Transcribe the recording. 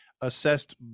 assessed